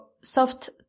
soft